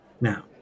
Now